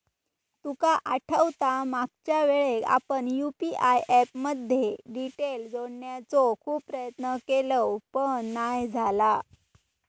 तुका आठवता मागच्यावेळेक आपण यु.पी.आय ऍप मध्ये डिटेल जोडण्याचो खूप प्रयत्न केवल पण नाय झाला